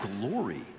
glory